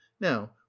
now